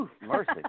Mercy